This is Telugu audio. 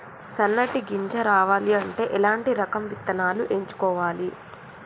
సన్నటి గింజ రావాలి అంటే ఎలాంటి రకం విత్తనాలు ఎంచుకోవాలి?